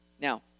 Now